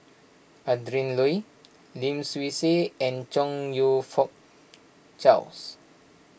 Adrin Loi Lim Swee Say and Chong You Fook Charles